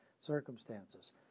circumstances